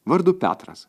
vardu petras